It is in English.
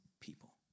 people